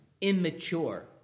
immature